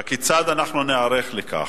כיצד אנחנו ניערך לכך?